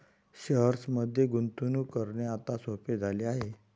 शेअर्समध्ये गुंतवणूक करणे आता सोपे झाले आहे